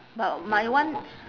but my one